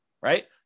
right